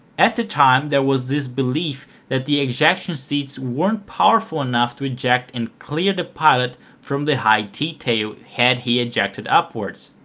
at the time there was the belief that the ejection seats weren't powerful enough to eject and clear the pilot from the high t-tail had he ejected upwards,